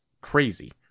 crazy